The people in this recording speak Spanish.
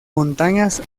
montañas